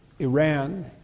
Iran